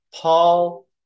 Paul